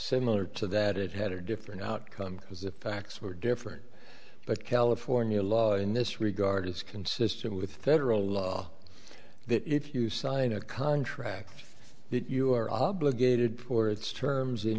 similar to that it had a different outcome because the facts were different but california law in this regard is consistent with federal law that if you sign a contract that you are obligated for its terms in